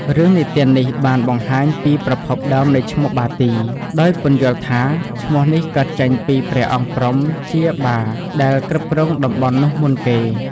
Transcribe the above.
រឿងនិទាននេះបានបង្ហាញពីប្រភពដើមនៃឈ្មោះ "បាទី" ដោយពន្យល់ថា ឈ្មោះនេះកើតចេញពីព្រះអង្គព្រហ្មជា "បា" ដែលគ្រប់គ្រងតំបន់នោះមុនគេ។